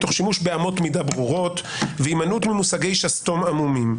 תוך שימוש באמות מידה ברורות והימנעות ממושגי שסתום עמומים.